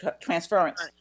transference